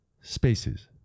spaces